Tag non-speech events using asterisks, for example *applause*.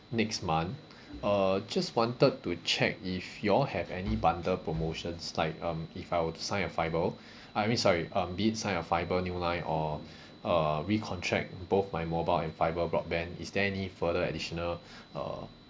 next month uh just wanted to check if you all have any bundle promotions like um If I were to sign a fibre *breath* I mean sorry um be it sign a fibre new line or *breath* uh recontract both my mobile and fibre broadband is there any further additional *breath* uh